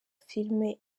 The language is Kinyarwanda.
filimi